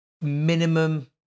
minimum